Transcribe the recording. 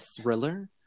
thriller